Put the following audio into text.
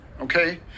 okay